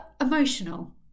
emotional